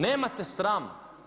Nemate srama.